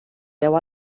deu